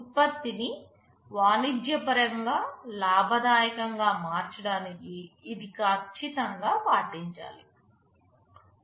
ఉత్పత్తిని వాణిజ్యపరంగా లాభదాయకంగా మార్చడానికి ఇది ఖచ్చితంగా పాటించాలి